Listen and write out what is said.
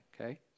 okay